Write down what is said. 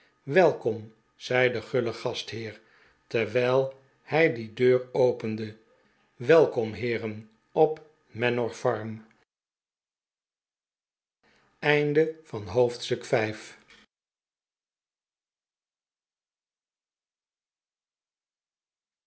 welkom zei de guile gastheer terwijl hij die deur opende welkom heeren op manor farm